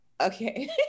Okay